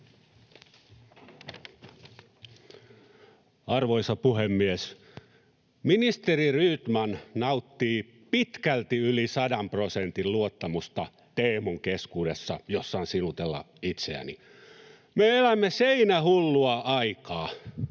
Arvoisa puhemies! Ministeri Rydman nauttii pitkälti yli sadan prosentin luottamusta Teemun keskuudessa, jos saan sinutella itseäni. Me elämme seinähullua aikaa.